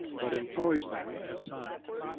but employs them as signs.